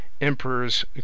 emperors